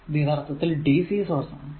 ഇത് യഥാർത്ഥത്തിൽ dc source ആണ്